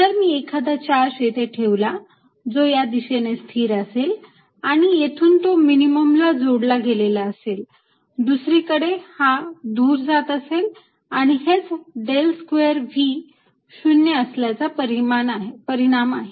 जर मी एखादा चार्ज येथे ठेवला जो या दिशेने स्थिर असेल आणि येथून तो मिनिमम ला जोडला गेलेला असेल दुसरीकडे हा दूर जात असेल आणि हेच del square V 0 असल्याचा परिणाम आहे